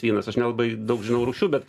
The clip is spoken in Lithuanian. vynas aš nelabai daug žinau rūšių bet